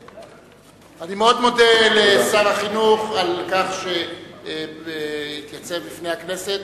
אני מאוד מודה לשר החינוך על כך שהתייצב בפני הכנסת